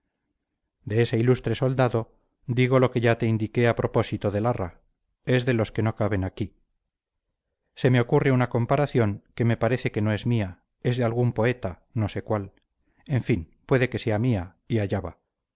de ese ilustre soldado digo lo que ya te indiqué a propósito de larra es de los que no caben aquí se me ocurre una comparación que me parece que no es mía es de algún poeta no sé cual en fin puede que sea mía y